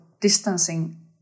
distancing